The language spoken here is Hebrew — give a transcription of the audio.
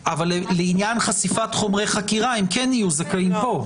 לעניין חשיפת חומרי חקירה הם כן יהיו זכאים פה.